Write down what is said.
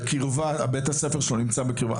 ובית הספר שלו נמצא בקירבת מקום,